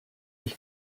ich